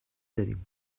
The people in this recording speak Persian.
داریم